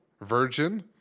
virgin